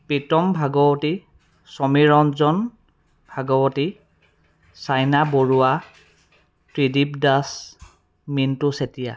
Pritam Bhagawati Samir Ranjan Bhagawati Saina Baruah Tridip Das Mintu Chetia